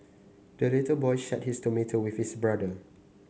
the little boy shared his tomato with his brother